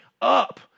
up